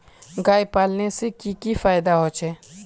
गाय पालने से की की फायदा होचे?